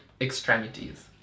extremities